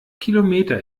kilometer